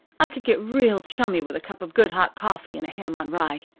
i could get real chummy with a cup of good hot coffee and a ham on rye.